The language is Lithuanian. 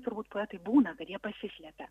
turbūt poetai būna kad jie pasislepia